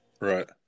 Right